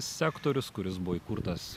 sektorius kuris buvo įkurtas